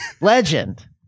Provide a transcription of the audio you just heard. Legend